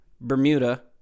Bermuda